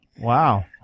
Wow